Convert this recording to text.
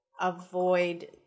avoid